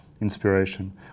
inspiration